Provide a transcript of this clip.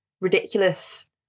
ridiculous